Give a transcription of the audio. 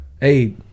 hey